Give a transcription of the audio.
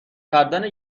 کردن